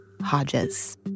Hodges